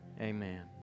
Amen